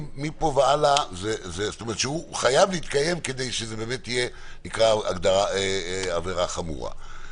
שהוא חייב להתקיים כדי שזה ייקרא "עבירה חמורה".